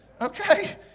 Okay